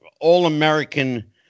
all-American